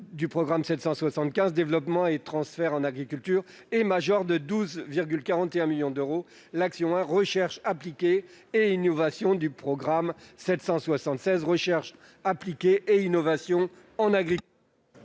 du programme 775, « Développement et transfert en agriculture », et à majorer de 12,41 millions d'euros l'action n° 01, Recherche appliquée et innovation, du programme 776, « Recherche appliquée et innovation en agriculture